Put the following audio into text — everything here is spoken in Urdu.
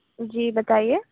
جی بتائیے